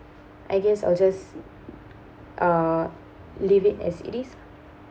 I guess I'll just uh leave it as it is